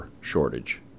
shortage